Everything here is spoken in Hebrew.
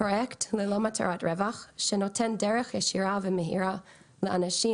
פרויקט ללא מטרת רווח שנותן דרך ישירה ומהירה לאנשים